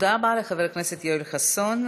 תודה רבה לחבר הכנסת יואל חסון.